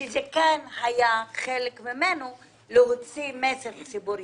שכן הייתה כוונה להוציא מכך מסר ציבורי,